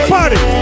Party